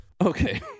Okay